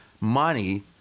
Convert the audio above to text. money